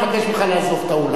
אני מבקש ממך לעזוב את האולם.